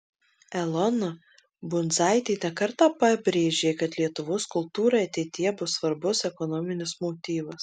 elona bundzaitė ne kartą pabrėžė kad lietuvos kultūrai ateityje bus svarbus ekonominis motyvas